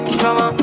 drama